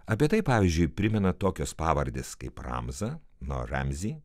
apie tai pavyzdžiui primena tokios pavardės kaip ramza nuo ramzi